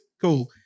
cool